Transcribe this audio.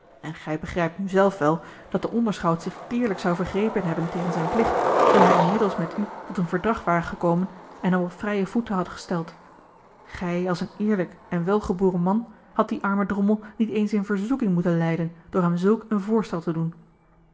en gij begrijpt nu zelf wel dat de onderschout zich deerlijk zou vergrepen hebben tegen zijn plicht zoo hij inmiddels met u tot een verdrag ware gekomen en hem op vrije voeten had gesteld gij als een eerlijk en welgeboren man had dien armen drommel niet eens in verzoeking moeten leiden door hem zulk een voorstel te doen